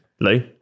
Lou